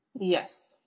Yes